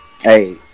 hey